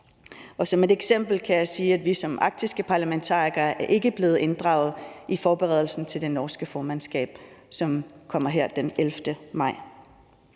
Som et eksempel kan jeg sige, at vi som arktiske parlamentarikere ikke er blevet inddraget i forberedelsen til det norske formandskab, som overtager her den 11. maj.